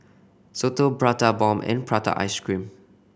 soto Prata Bomb and prata ice cream